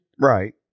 right